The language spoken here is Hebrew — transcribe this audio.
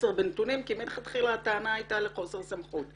חוסר בנתונים כי מלכתחילה הטענה הייתה לחוסר סמכות.